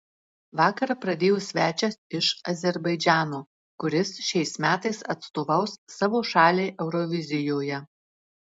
vakarą pradėjo svečias iš azerbaidžano kuris šiais metais atstovaus savo šaliai eurovizijoje